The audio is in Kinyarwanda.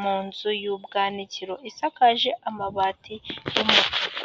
mu nzu y'ubwanakiro isakaje amabati y'umutuku.